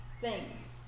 Thanks